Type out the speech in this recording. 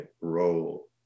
role